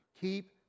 keep